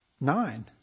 Nine